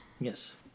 yes